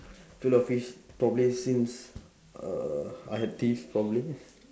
fillet O fish probably since uh I have teeth probably